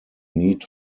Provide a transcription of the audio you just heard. need